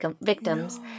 victims